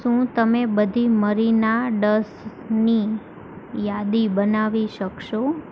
શું તમે બધી મરીનાડ્સની યાદી બનાવી શકશો